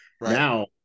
Now